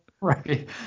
right